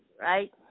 right